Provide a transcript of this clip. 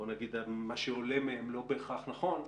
שמה שעולה מהם לא בהכרח נכון,